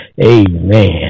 Amen